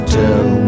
tell